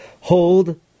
hold